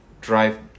drive